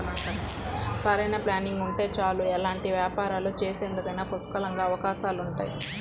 సరైన ప్లానింగ్ ఉంటే చాలు ఎలాంటి వ్యాపారాలు చేసేందుకైనా పుష్కలంగా అవకాశాలుంటాయి